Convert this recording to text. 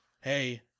hey